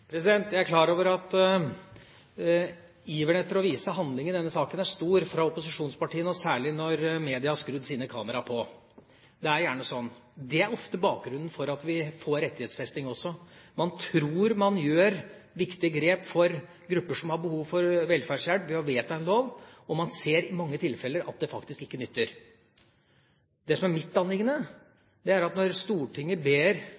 Jeg er klar over at iveren etter å vise handling i denne saken er stor fra opposisjonspartiene, og særlig når media har skrudd sine kameraer på. Det er gjerne sånn. Det er ofte bakgrunnen for at vi får rettighetsfesting også. Man tror man gjør viktige grep for grupper som har behov for velferdshjelp, ved å vedta en lov – og man ser i mange tilfeller at det faktisk ikke nytter. Det som er mitt anliggende, er at når Stortinget ber